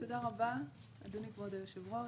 (מציגה מצגת) תודה רבה, אדוני כבוד היושב-ראש.